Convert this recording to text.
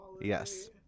Yes